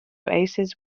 oasis